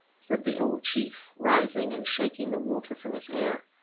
said the old chief, rising and shaking the water from his hair.